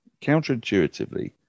counterintuitively